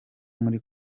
muri